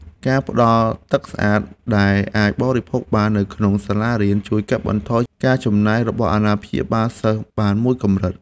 ការផ្តល់ទឹកស្អាតដែលអាចបរិភោគបាននៅក្នុងសាលារៀនជួយកាត់បន្ថយការចំណាយរបស់អាណាព្យាបាលសិស្សបានមួយកម្រិត។